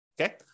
okay